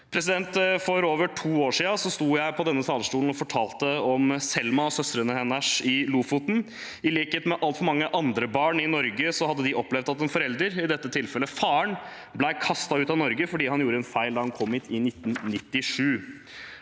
For over to år siden sto jeg på denne talerstolen og fortalte om Selma og søstrene hennes i Lofoten. I likhet med altfor mange andre barn i Norge hadde de opplevd at en forelder – i dette tilfellet faren – ble kastet ut av Norge fordi han gjorde en feil da han kom hit i 1997.